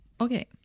Okay